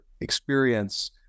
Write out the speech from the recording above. experience